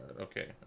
okay